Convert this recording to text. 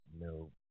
no